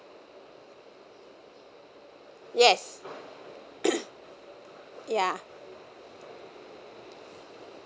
yes ya